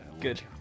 good